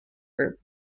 group